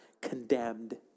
condemned